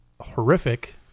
horrific